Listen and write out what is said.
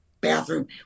bathroom